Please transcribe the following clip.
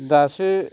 दासो